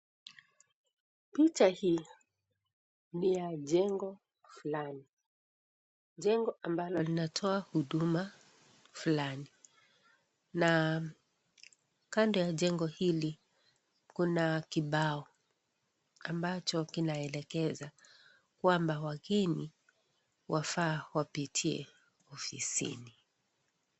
Picha hii ni ya jengo fulani, jengo ambalo linatoa huduma fulani na kando ya jengo hili kuna kibao ambacho kinaelekeza kwamba wageni wafaa wapitie ofisini.